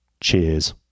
cheers